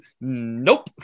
Nope